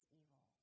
evil